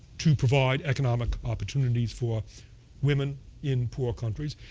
to provide economic opportunities for women in poor countries.